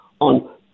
on